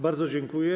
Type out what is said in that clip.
Bardzo dziękuję.